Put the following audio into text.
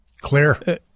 Clear